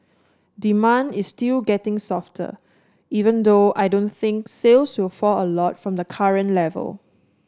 demand is still getting softer even though I don't think sales will fall a lot from the current level